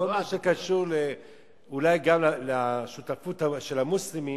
כל מה שקשור לשותפות של המוסלמים,